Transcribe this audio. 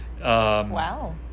Wow